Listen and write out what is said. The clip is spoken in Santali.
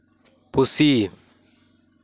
ᱯᱩᱥᱤ